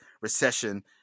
recession